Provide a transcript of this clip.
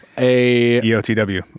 E-O-T-W